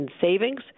savings